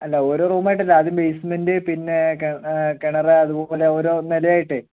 അല്ല ഓരോ റൂമായിട്ടല്ല ആദ്യം ബേസ്മെൻ്റ് പിന്നെ കിണർ അതുപോലെ ഓരോ നിലയായിട്ടേ